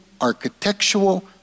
architectural